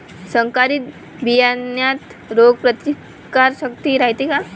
संकरित बियान्यात रोग प्रतिकारशक्ती रायते का?